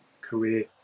career